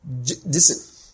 Listen